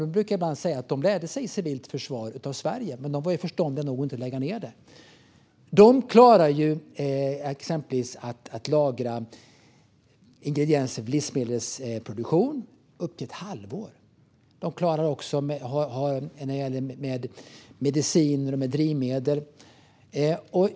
De brukar ibland säga att de lärde sig civilt försvar av Sverige, men de var förståndiga nog att inte lägga ned det. De klarar exempelvis att lagra ingredienser till livsmedelsproduktion upp till ett halvår. De klarar också att ha mediciner och drivmedel.